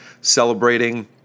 celebrating